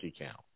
account